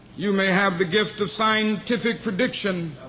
you may have the gift of scientific prediction